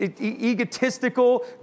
Egotistical